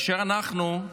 כאשר אנחנו,